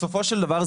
בסופו של דבר,